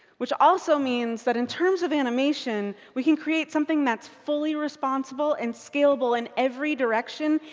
which also means that in terms of animation, we can create something that's fully responsible and scalable in every direction,